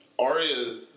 Aria